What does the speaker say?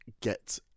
get